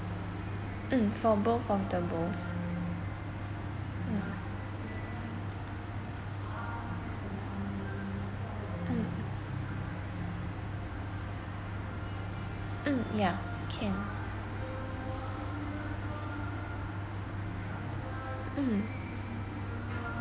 um for both of the bowls mm mm mm yeah can mm